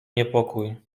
niepokój